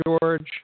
George